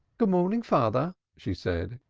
good morning, father, she said,